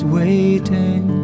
waiting